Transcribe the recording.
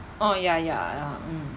orh ya ya ya mm